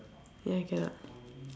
yeah cannot